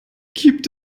gibt